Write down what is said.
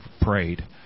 prayed